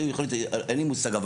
אין לי מושג.